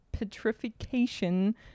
petrification